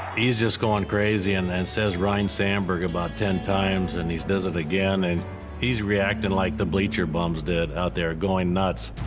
he's just going crazy, and then says, ryne sandberg, about ten times, and he does it again. and he's reacting like the bleacher bums did out there going nuts.